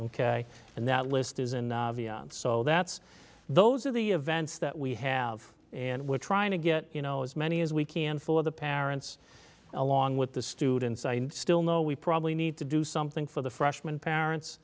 ok and that list is and so that's those are the events that we have and we're trying to get you know as many as we can for the parents along with the students i still know we probably need to do something for the freshman parents